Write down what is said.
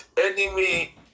enemy